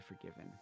forgiven